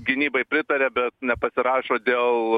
gynybai pritaria bet nepasirašo dėl